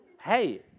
hey